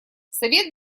совет